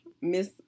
Miss